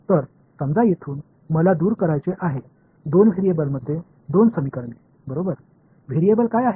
तर समजा येथून मला दूर करायचे आहे दोन व्हेरिएबल मध्ये दोन समीकरणे बरोबर व्हेरिएबल काय आहेत